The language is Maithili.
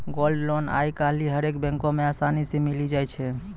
गोल्ड लोन आइ काल्हि हरेक बैको मे असानी से मिलि जाय छै